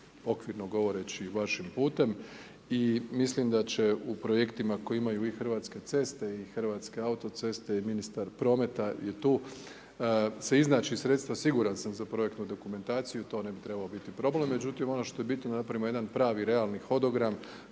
okvirno govoreći vašim putem. I mislim da će u projektima koje imaju i Hrvatske ceste i Hrvatske autoceste i ministar prometa je tu, se iznaći sredstva siguran sam za projektnu dokumentaciju, to ne bi trebao biti problem. Međutim, ono što je bitno da napravimo jedan pravi, realni hodogram